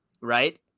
right